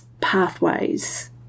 pathways